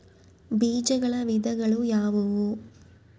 ಬೇಜಗಳ ವಿಧಗಳು ಯಾವುವು?